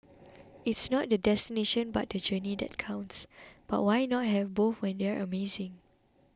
it's not the destination but the journey that counts but why not have both when they're amazing